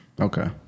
Okay